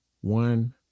One